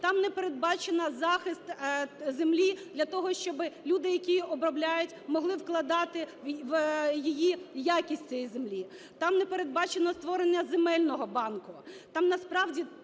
Там не передбачено захист землі для того, щоби люди, які її обробляють, могли вкладати в її якість цієї землі. Там не передбачено створення земельного банку.